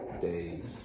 days